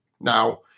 now